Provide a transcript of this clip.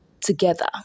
together